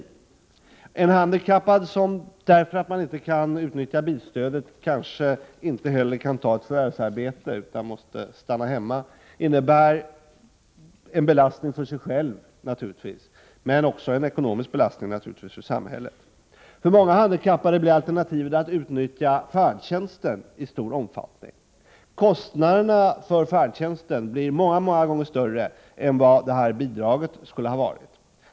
Om en handikappad därför att han inte kan utnyttja bilstödet kanske inte heller kan ta ett förvärvsarbete utan måste stanna hemma, innebär det naturligtvis en belastning för honom själv, men också en ekonomisk belastning för samhället. För många handikappade blir alternativet att i stor omfattning utnyttja färdtjänsten. Kostnaderna för färdtjänsten blir flera gånger större än vad bidraget till egen bil skulle ha varit.